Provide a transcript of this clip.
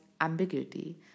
ambiguity